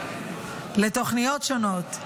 לתוכניות שונות.